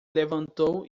levantou